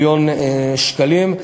מיליון שקלים.